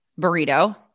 burrito